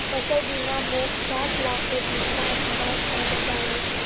फसल बीमा मोक सात लाखेर नुकसान हबा स बचा ले